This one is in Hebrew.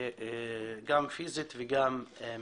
גם פיזית וגם מילולית.